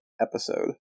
episode